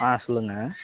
ஆ சொல்லுங்கள்